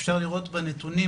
אפשר לראות בנתונים,